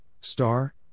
star